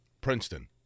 Princeton